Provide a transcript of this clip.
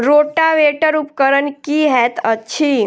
Rotavator उपकरण की हएत अछि?